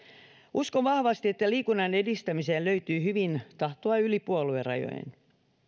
uskon vahvasti että liikunnan edistämiseen löytyy hyvin tahtoa yli puoluerajojen